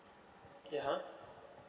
yeah uh